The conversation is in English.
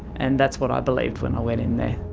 and that's what i believed when i went in there